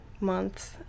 months